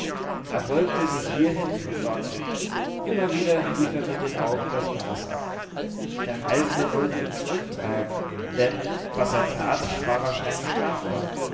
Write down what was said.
er beugte sich hierhin und dorthin immer wieder lief er mit den augen das glas ab der reisende wollte ihn zurücktreiben denn was er tat war wahrscheinlich strafbar